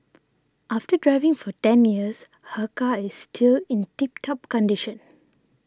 after driving for ten years her car is still in tip top condition